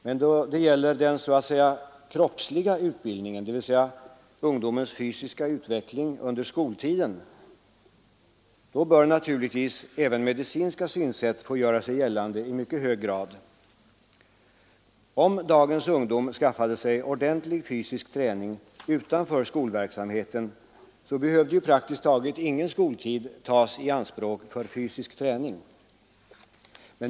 Men när det gäller den ”kroppsliga” utbildningen — dvs. ungdomens fysiska utveckling under skoltiden — bör naturligtvis även medicinska synsätt få göra sig gällande i mycket hög grad. Om dagens ungdom skaffade sig ordentlig fysisk träning utanför skolverksamheten behövde ju praktiskt taget ingen skoltid tas i anspråk för fysisk träning.